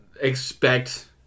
expect